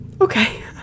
Okay